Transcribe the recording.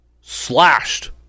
slashed